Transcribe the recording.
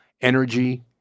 energy